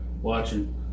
watching